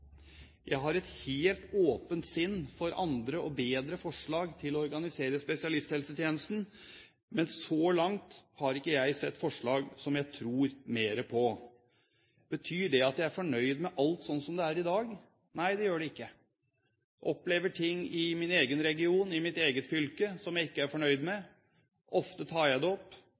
Jeg har et helt åpent sinn for andre og bedre forslag til å organisere spesialisthelsetjenesten på, men så langt har jeg ikke sett forslag som jeg tror mer på. Betyr det at jeg er fornøyd med alt slik det er i dag? Nei, det gjør det ikke. Jeg opplever ting i min egen region, i mitt eget fylke, som jeg ikke er fornøyd med. Ofte tar jeg det opp.